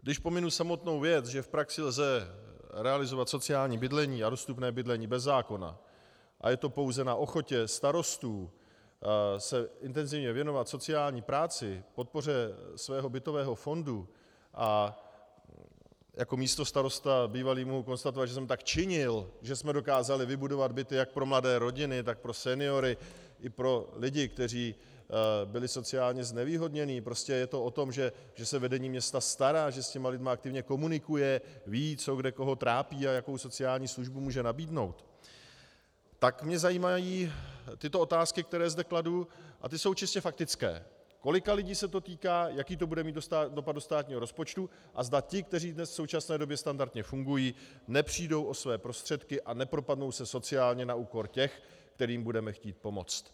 Když pominu samotnou věc, že v praxi lze realizovat sociální bydlení a dostupné bydlení bez zákona, a je to pouze na ochotě starostů se intenzivně věnovat sociální práci, podpoře svého bytového fondu, a jako bývalý místostarosta mohu konstatovat, že jsem tak činil, že jsme dokázali vybudovat byty jak pro mladé rodiny, tak pro seniory i pro lidi, kteří byli sociálně znevýhodněni, prostě je to o tom, že se vedení města stará, že s lidmi komunikuje, ví, co kde koho trápí a jakou sociální službu může nabídnout, tak mě zajímají tyto otázky, které zde kladu, a ty jsou čistě faktické: kolika lidí se to týká, jaký to bude mít dopad do státního rozpočtu a zda ti, kteří v současné době standardně fungují, nepřijdou o své prostředky a nepropadnou se sociálně na úkor těch, kterým budeme chtít pomoci.